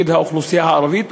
נגד האוכלוסייה הערבית,